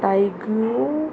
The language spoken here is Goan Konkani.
टाग्यू